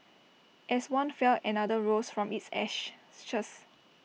as one fell another rose from its ashes